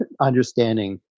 understanding